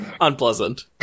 unpleasant